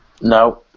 No